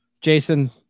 Jason